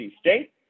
State